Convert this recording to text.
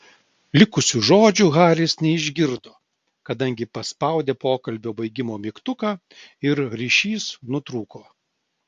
likusių žodžių haris neišgirdo kadangi paspaudė pokalbio baigimo mygtuką ir ryšys nutrūko